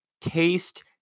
taste